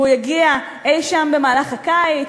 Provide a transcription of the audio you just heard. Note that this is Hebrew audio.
והוא יגיע אי-שם במהלך הקיץ,